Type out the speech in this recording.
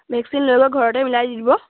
vaccine লৈ গৈ ঘৰতে মিলাই দিব